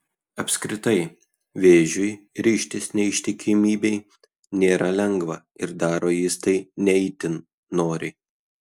apskritai vėžiui ryžtis neištikimybei nėra lengva ir daro jis tai ne itin noriai